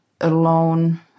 alone